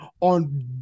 on